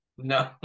no